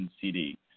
CD